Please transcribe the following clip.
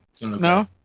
No